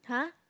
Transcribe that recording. !huh!